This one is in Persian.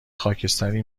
خاکستری